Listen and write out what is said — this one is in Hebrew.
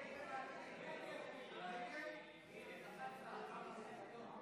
הצעת הסיכום שהביא חבר הכנסת עופר